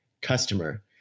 customer